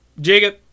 Jacob